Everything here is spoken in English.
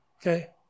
Okay